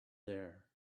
there